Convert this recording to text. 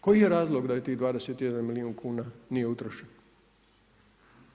Koji je razlog da je tih 21 milijun kuna nije utrošeno?